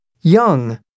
young